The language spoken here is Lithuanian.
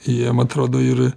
jiem atrodo ir